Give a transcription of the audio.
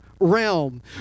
realm